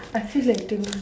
I feel like eating